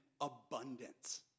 abundance